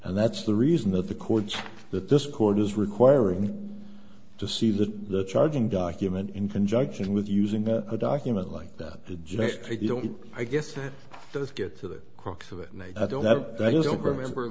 and that's the reason that the courts that this court is requiring to see that the charging document in conjunction with using a document like that just you don't i guess that does get to the crux of it and i don't ever remember